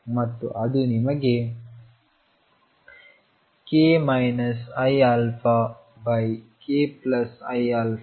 ಮತ್ತು ಅದು ನಿಮಗೆ k iαkiα A